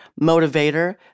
motivator